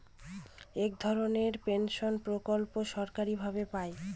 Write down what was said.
এক ধরনের পেনশন প্রকল্প সরকারি ভাবে পাই